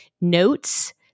notes